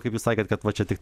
kaip jūs sakėt kad va čia tik